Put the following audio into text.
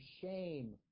shame